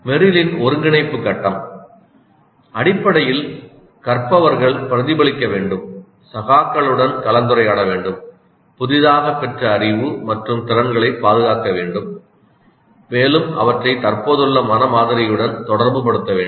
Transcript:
மெர்ரிலின் ஒருங்கிணைப்பு கட்டம் அடிப்படையில் கற்பவர்கள் பிரதிபலிக்க வேண்டும் சகாக்களுடன் கலந்துரையாட வேண்டும் புதிதாகப் பெற்ற அறிவு மற்றும் திறன்களைப் பாதுகாக்க வேண்டும் மேலும் அவற்றை தற்போதுள்ள மன மாதிரியுடன் தொடர்பு படுத்த வேண்டும்